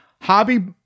hobby